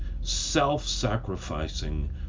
self-sacrificing